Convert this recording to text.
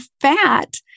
fat